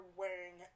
wearing